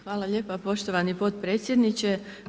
Hvala lijepa poštovani podpredsjedniče.